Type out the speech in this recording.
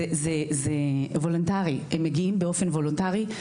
הם מגיעים באופן וולונטרי.